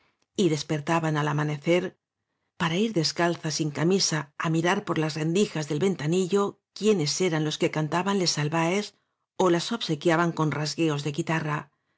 y despertaban al amanecer para ir descalzas y en camisa á mirar por las rendijas del ventanilla quiénes eran los que cantaban les albaes ó las obsequiaban con rasgueos de guitarra